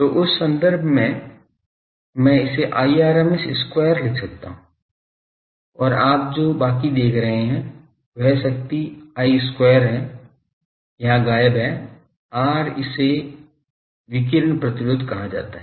तो उस संदर्भ में मैं इसे Irms square लिख सकता हूं और आप जो बाकी देख रहे हैं वह शक्ति I square है यहाँ गायब है r इसे विकिरण प्रतिरोध कहा जाता है